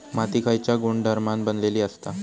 माती खयच्या गुणधर्मान बनलेली असता?